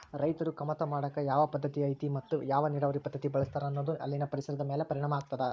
ರೈತರು ಕಮತಾ ಮಾಡಾಕ ಯಾವ ಪದ್ದತಿ ಐತಿ ಮತ್ತ ಯಾವ ನೇರಾವರಿ ಪದ್ಧತಿ ಬಳಸ್ತಾರ ಅನ್ನೋದು ಅಲ್ಲಿನ ಪರಿಸರದ ಮ್ಯಾಲ ಪರಿಣಾಮ ಆಗ್ತದ